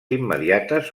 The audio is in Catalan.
immediates